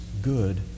good